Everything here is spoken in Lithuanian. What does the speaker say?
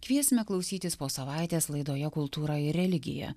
kviesime klausytis po savaitės laidoje kultūra ir religija